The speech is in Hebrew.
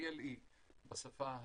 BLE בשפה המקצועית.